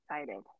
excited